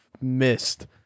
missed